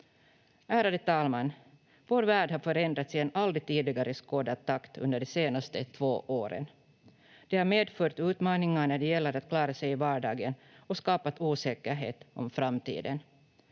Ärade talman! Vår värld har förändrats i en aldrig tidigare skådad takt under de senaste två åren. Det har medfört utmaningar när det gäller att klara sig i vardagen och skapat osäkerhet om framtiden.